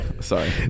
sorry